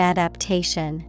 Adaptation